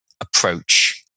approach